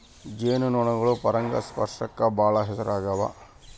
ಜೇನು ನೊಣಗಳು ಪರಾಗಸ್ಪರ್ಶಕ್ಕ ಬಾಳ ಹೆಸರಾಗ್ಯವ